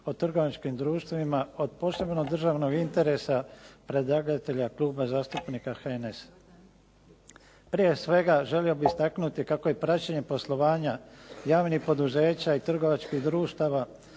o trgovačkim društvima od posebnog državnog interesa predlagatelja Kluba zastupnika HNS-a. Prije svega, želio bih istaknuti kako je praćenje poslovanja javnih poduzeća i trgovačkih društava